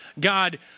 God